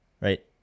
right